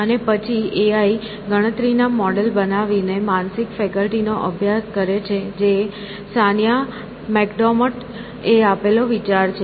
અને પછી એઆઈ ગણતરીના મોડેલ બનાવીને માનસિક ફેકલ્ટીનો અભ્યાસ કરે છે જે સાનિયા મેકડોમોટ એ આપેલો વિચાર છે